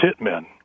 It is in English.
hitmen